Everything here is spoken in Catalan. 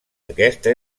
aquesta